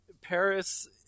paris